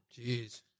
Jeez